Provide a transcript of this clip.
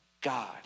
God